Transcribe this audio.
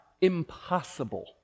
impossible